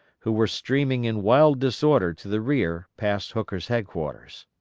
who were streaming in wild disorder to the rear past hooker's headquarters.